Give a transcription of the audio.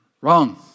wrong